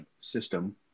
system